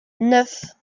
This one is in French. neuf